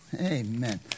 Amen